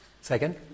Second